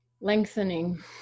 Lengthening